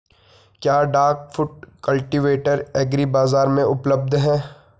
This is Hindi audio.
क्या डाक फुट कल्टीवेटर एग्री बाज़ार में उपलब्ध है?